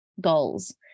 goals